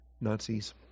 nazis